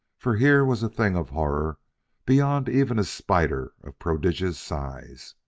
for here was a thing of horror beyond even a spider of prodigious size.